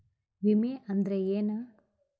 ವಿಮೆ ಅಂದ್ರೆ ಏನ?